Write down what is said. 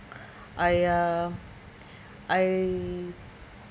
I uh I